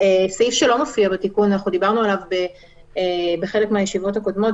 סעיף שלא מופיע בתיקון אנחנו דיברנו עליו בחלק מהישיבות הקודמות,